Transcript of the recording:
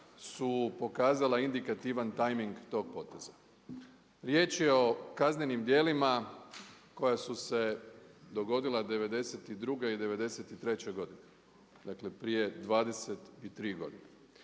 su pokazala indikativan tajming tog poteza. Riječ je o kaznenim djelima koja su se dogodila 92. i 93. godine, dakle prije 23 godine.